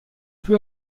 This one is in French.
peu